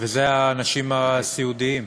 ואלה האנשים הסיעודיים.